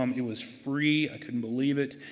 um it was free, i couldn't believe it.